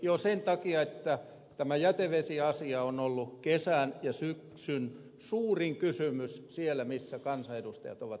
joo sen takia että tämä jätevesiasia on ollut kesän ja syksyn suurin kysymys siellä missä kansanedustajat ovat liikkuneet